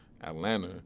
Atlanta